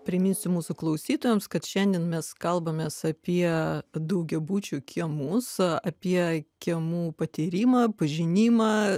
priminsiu mūsų klausytojams kad šiandien mes kalbamės apie daugiabučių kiemus apie kiemų patyrimą pažinimą